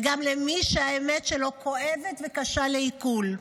וגם למי שהאמת שלו כואבת וקשה לעיכול.